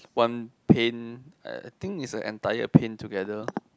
one paint I I think is the entire paint together